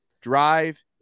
drive